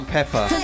Pepper